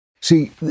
See